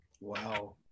Wow